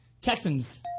Texans